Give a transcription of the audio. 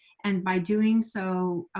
and, by doing so,